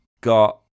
got